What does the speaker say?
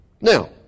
Now